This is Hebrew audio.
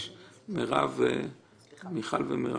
מיכל ומרב,